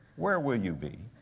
where will you be?